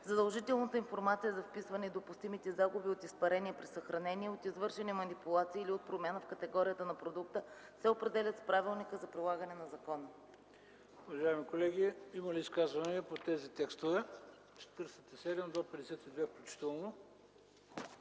задължителната информация за вписване и допустимите загуби от изпарения при съхранение, от извършени манипулации или от промяна в категорията на продукта, се определят с правилника за прилагане на закона.” ПРЕДСЕДАТЕЛ ХРИСТО БИСЕРОВ: Уважаеми колеги, има ли изказвания по тези текстове – от чл. 47 до 52 включително?